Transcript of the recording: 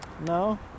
No